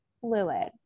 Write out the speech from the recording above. fluid